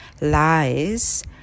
lies